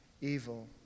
evil